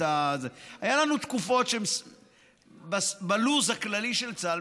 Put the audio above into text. היו לנו תקופות בלו"ז הכללי של צה"ל,